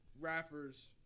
rappers